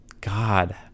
God